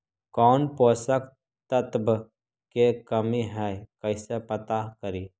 कौन पोषक तत्ब के कमी है कैसे पता करि?